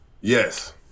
Yes